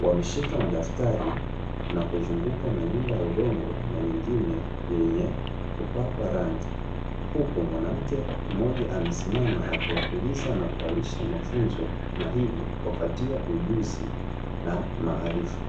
wameshika madaftari na kuzungukwa na nyumba ya udongo na nyingine yenye kupakwa rangi huku mwanamke mmoja amesimama akiwatuliza na kuwalisha mafunzo na hivyo kuwapatia ujuzi na maarifa.